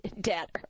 debt